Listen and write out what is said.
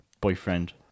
Boyfriend